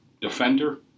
defender